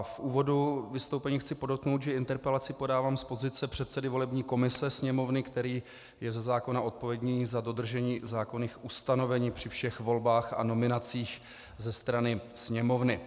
V úvodu vystoupení chci podotknout, že interpelaci podávám z pozice předsedy volební komise Sněmovny, který je ze zákona odpovědný za dodržení zákonných ustanovení při všech volbách a nominacích ze strany Sněmovny.